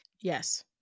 yes